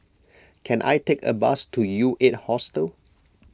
can I take a bus to U eight Hostel